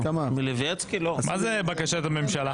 מה זה בקשת הממשלה?